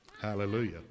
Hallelujah